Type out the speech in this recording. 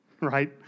right